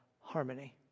harmony